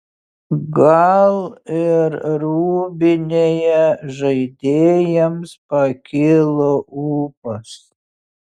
gal ir rūbinėje žaidėjams pakilo ūpas